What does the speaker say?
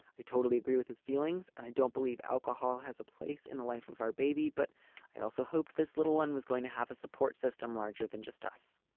i totally agree with his feelings. and i don't believe alcohol has a place in the life of our baby. but i also hoped this little one was going to have a support system larger than just us